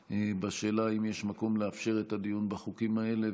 בשאלה אם יש מקום לאפשר את הדיון בחוקים האלה,